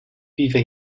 vive